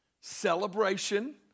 celebration